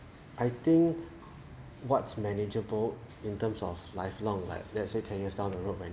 I think what's manageable in terms of lifelong like let's say ten years down the road